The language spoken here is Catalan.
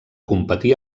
competir